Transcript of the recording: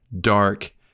dark